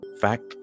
Fact